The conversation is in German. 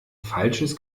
falsches